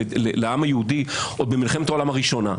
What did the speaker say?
לעם היהודי עוד במלחמת העולם הראשונה.